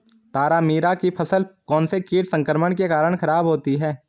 तारामीरा की फसल कौनसे कीट संक्रमण के कारण खराब होती है?